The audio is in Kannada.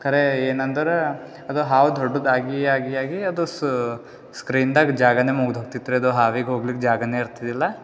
ಖರೆ ಏನೆಂದ್ರೆ ಅದು ಹಾವು ದೊಡ್ದು ಆಗಿ ಆಗಿ ಆಗಿ ಅದು ಸ ಸ್ಕ್ರೀನ್ದಾಗೆ ಜಾಗವೇ ಮುಗಿದು ಹೋಗ್ತಿತ್ತು ರೀ ಅದು ಹಾವಿಗೆ ಹೋಗಲಿಕ್ಕೆ ಜಾಗವೇ ಇರ್ತಿದಿಲ್ಲ